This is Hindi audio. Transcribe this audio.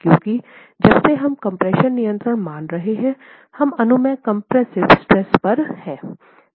क्योंकि जब से हम कम्प्रेशन नियंत्रण मान रहे हैं हम अनुमेय कम्प्रेस्सिवे स्ट्रेस पर हैं